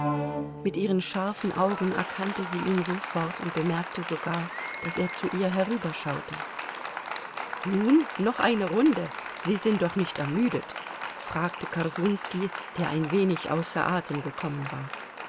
mit ihren scharfen augen erkannte sie ihn sofort und bemerkte sogar daß er zu ihr herüberschaute nun noch eine runde sie sind doch nicht ermüdet fragte korsunski der ein wenig außer atem gekommen war